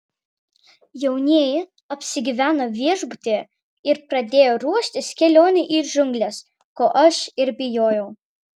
jaunieji apsigyveno viešbutyje ir pradėjo ruoštis kelionei į džiungles ko aš ir bijojau